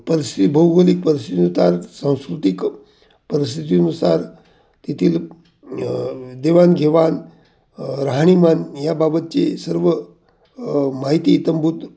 परिस्थिती भौगोलिक परिस्थितीनुसार सांस्कृतिक परिस्थितीनुसार तेथील देवाणघेवाण राहणीमान याबाबतचे सर्व माहिती इत्थंभूत